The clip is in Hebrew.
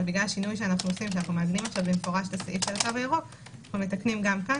אבל בגלל השינוי שאנחנו עושים - אנחנו מתקנים גם כאן.